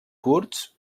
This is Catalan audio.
curts